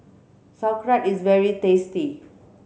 Sauerkraut is very tasty